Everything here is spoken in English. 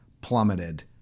plummeted